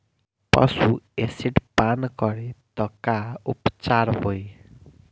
पशु एसिड पान करी त का उपचार होई?